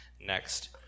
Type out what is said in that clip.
next